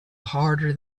harder